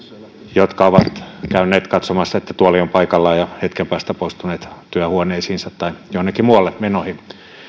jotka ovat käyneet katsomassa että tuoli on paikallaan ja hetken päästä poistuneet työhuoneisiinsa tai jonnekin muualle menoihin